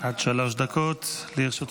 עד שלוש דקות לרשותך.